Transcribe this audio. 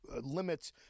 limits